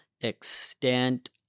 extent